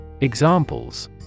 Examples